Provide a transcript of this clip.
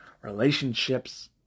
relationships